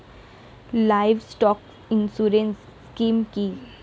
Livestock insurance scheme কি?